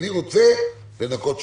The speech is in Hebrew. אני רוצה לנקות שולחן.